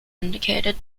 indicated